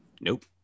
Nope